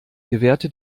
gewährte